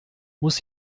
muss